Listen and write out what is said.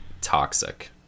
toxic